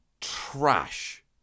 trash